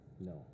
No